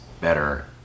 better